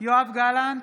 יואב גלנט,